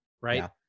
right